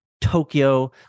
Tokyo